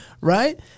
Right